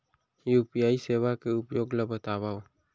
UPI सेवा के उपयोग ल बतावव?